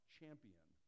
Champion